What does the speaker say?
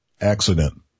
accident